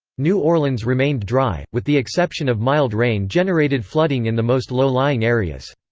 new orleans remained dry, with the exception of mild rain-generated flooding in the most low-lying areas.